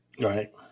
Right